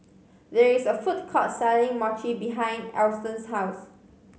there is a food court selling Mochi behind Alston's house